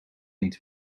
niet